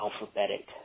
alphabetic